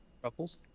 Truffles